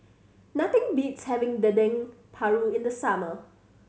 nothing beats having Dendeng Paru in the summer